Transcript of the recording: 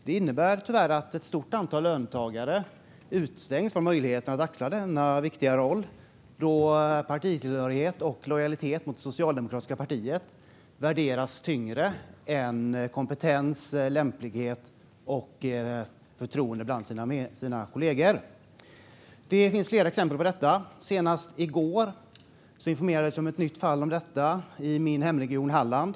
Det innebär tyvärr att ett stort antal löntagare utestängs från möjligheten att axla denna viktiga roll, då partitillhörighet och lojalitet mot Socialdemokratiska arbetarepartiet värderas tyngre än kompetens, lämplighet och förtroende bland kollegor. Det finns flera exempel på detta. Senast i går informerades jag om ett nytt fall i min hemregion Halland.